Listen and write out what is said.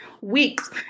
weeks